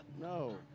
No